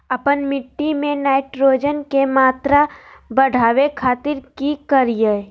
आपन मिट्टी में नाइट्रोजन के मात्रा बढ़ावे खातिर की करिय?